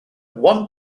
one